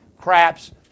craps